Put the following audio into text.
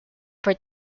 for